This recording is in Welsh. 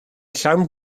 llawn